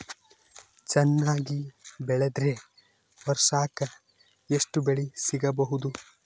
ಚೆನ್ನಾಗಿ ಬೆಳೆದ್ರೆ ವರ್ಷಕ ಎಷ್ಟು ಬೆಳೆ ಸಿಗಬಹುದು?